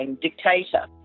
dictator